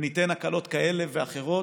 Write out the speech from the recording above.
וניתן הקלות כאלה ואחרות,